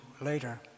later